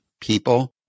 people